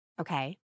Okay